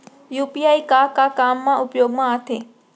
UPI का का काम मा उपयोग मा आथे?